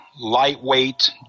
lightweight